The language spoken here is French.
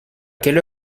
quelle